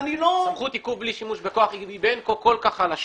סמכות עיכוב בלי סמכות בכוח היא בין כה חלשה.